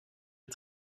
est